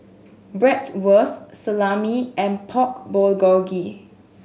Bratwurst Salami and Pork Bulgogi